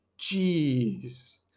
jeez